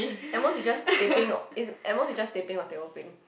at most it's just teh peng it's at most it's just teh peng or teh O peng